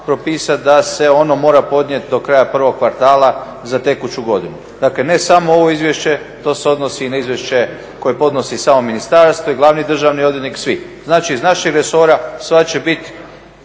propisati da se ono mora podnijeti do kraja prvog kvartala za tekuću godinu. Dakle, ne samo ovo izvješće, to se odnosi i na izvješće koje podnosi samo ministarstvo i Glavni državni odvjetnik, svi. Znači, iz našeg resora sva će biti